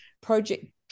project